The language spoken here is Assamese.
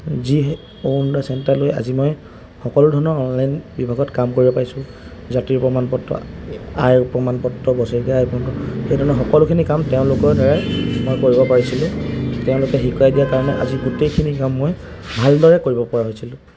যি অৰুণোদয় চেণ্টাৰ লৈ আজি মই সকলো ধৰণৰ অনলাইন বিভাগত কাম কৰিব পাৰিছোঁ জাতিৰ প্ৰমাণপত্ৰ আইৰ প্ৰমাণপত্ৰ বছৰেকীয়া আইপত্ৰ সেইধৰণে সকলোখিনি কাম তেওঁলোকৰদ্বাৰাই মই কৰিব পাৰিছিলোঁ তেওঁলোকে শিকাই দিয়াৰ কাৰণে আজি গোটেইখিনি কাম মই ভালদৰে কৰিবপৰা হৈছিলোঁ